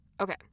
Okay